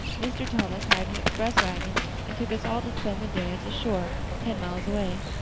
mr. thomas hired an express wagon and took us all to spend the day at the shore ten miles away.